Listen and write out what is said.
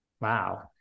Wow